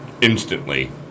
instantly